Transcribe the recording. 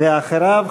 ואחריו,